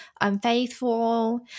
Unfaithful